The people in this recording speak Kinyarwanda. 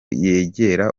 yegera